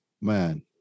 man